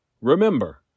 Remember